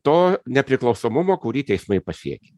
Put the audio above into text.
to nepriklausomumo kurį teismai pasiekė